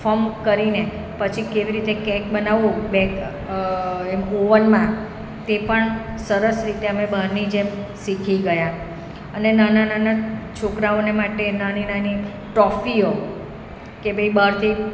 ફમ કરીને પછી કેવી રીતે કેક બનાવવું બેક એમ ઓવનમાં તે પણ સરસ રીતે અમે બહારની જેમ શીખી ગયા અને નાના નાના છોકરાઓને માટે નાની નાની ટોફીઓ કે ભાઈ બહારથી